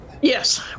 Yes